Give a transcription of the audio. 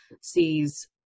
sees